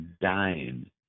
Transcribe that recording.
Dying